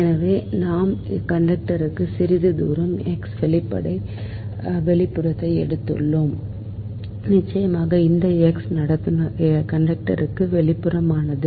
எனவே நாம் கண்டக்டருக்கு சிறிது தூரம் x வெளிப்புறத்தை எடுத்துள்ளோம் நிச்சயமாக இந்த x கண்டக்டருக்கு வெளிப்புறமானது